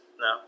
No